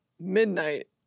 midnight